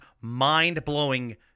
mind-blowing